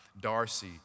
Darcy